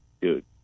dude